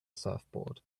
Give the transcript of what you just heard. surfboard